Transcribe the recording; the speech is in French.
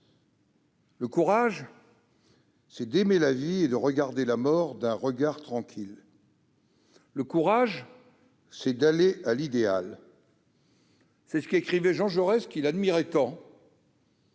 Le courage, c'est d'aimer la vie et de regarder la mort d'un regard tranquille ... Le courage, c'est d'aller à l'idéal », écrivait Jean Jaurès, qu'il admirait tant.